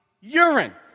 urine